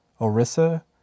Orissa